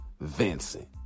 Vincent